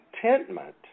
contentment